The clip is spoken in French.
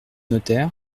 notaire